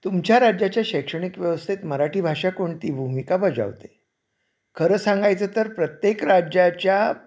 तुमच्या राज्याच्या शैक्षणिक व्यवस्थेत मराठी भाषा कोणती भूमिका बजावते खरं सांगायचं तर प्रत्येक राज्याच्या